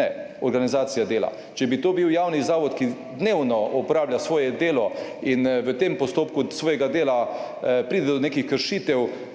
ne, organizacija dela. Če bi to bil javni zavod, ki dnevno opravlja svoje delo in v tem postopku svojega dela pride do nekih kršitev